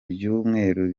byumweru